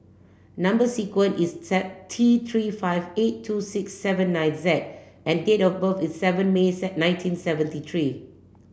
number sequence is T three five eight two six seven nine Z and date of birth is seven May nineteen seventy three